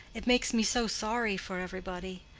it makes me so sorry for everybody.